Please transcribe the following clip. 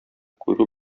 күрү